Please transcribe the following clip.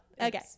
okay